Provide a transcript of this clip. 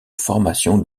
formation